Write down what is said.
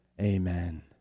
Amen